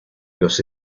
los